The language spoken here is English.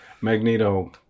Magneto